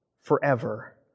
forever